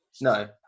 No